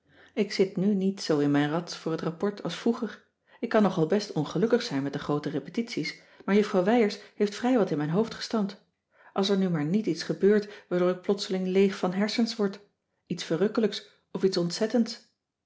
ik zit nu niet zoo in mijn rats voor het rapport als vroeger ik kan nog wel best ongelukkig zijn met de groote repetities maar juffrouw wijers heeft vrij wat in mijn hoofd gestampt als er nu maar niet iets gebeurt waardoor ik plotseling leeg van hersens word iets verrukkelijks of iets ontzettends